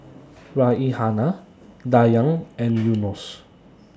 Raihana Dayang and Yunos